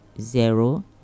zero